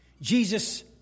Jesus